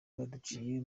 baduciye